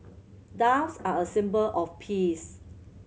doves are a symbol of peace